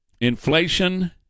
inflation